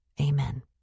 Amen